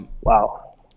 Wow